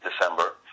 December